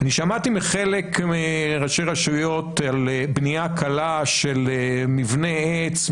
אני שמעתי מחלק מראשי הרשויות על בנייה קלה של מבני עץ,